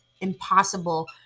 impossible